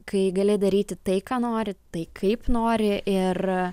kai gali daryti tai ką nori tai kaip nori ir